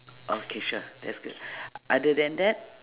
okay sure that's good other than that